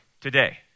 today